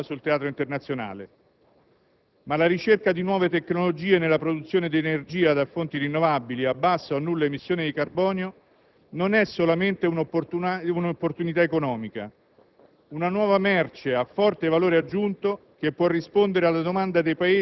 Certamente la questione energetica è essenziale per rilanciare il ruolo dell'Europa sul teatro internazionale, ma la ricerca di nuove tecnologie nella produzione di energia da fonti rinnovabili a bassa o nulla emissione di carbonio non è solamente un'opportunità economica,